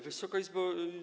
Wysoka Izbo!